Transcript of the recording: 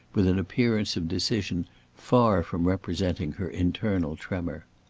with an appearance of decision far from representing her internal tremor.